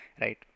right